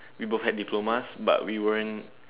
we both had diplomas but we were in